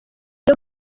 byo